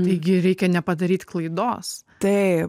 taigi reikia nepadaryt klaidos taip